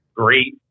great